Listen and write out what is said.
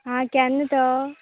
आं केन्ना तो